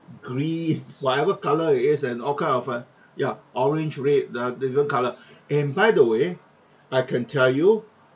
green whatever colour it is and all kind of uh ya orange red the different colour and by the way I can tell you